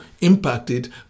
impacted